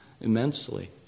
immensely